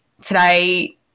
Today